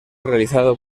realizado